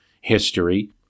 history